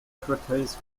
advertise